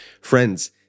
Friends